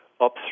up